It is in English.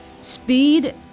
speed